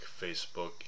Facebook